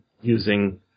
using